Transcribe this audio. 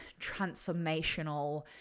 transformational